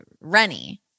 Renny